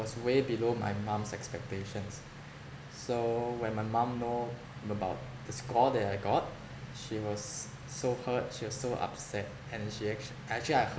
was way below my mum's expectations so when my mum know about the score that I got she was so hurt she was so upset and she actua~ actually I